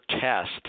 test